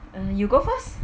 uh you go first